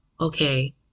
okay